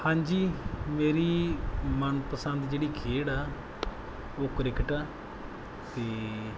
ਹਾਂਜੀ ਮੇਰੀ ਮਨਪਸੰਦ ਜਿਹੜੀ ਖੇਡ ਆ ਉਹ ਕ੍ਰਿਕਟ ਆ ਅਤੇ